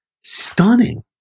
stunning